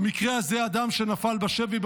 במקרה הזה אדם שנפל בשבי,